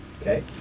okay